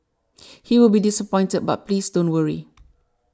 he will be disappointed but please don't worry